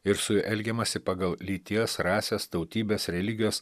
ir su juo elgiamasi pagal lyties rasės tautybės religijos